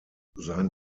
sein